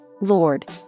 Lord